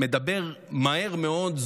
מדבר מהר מאוד,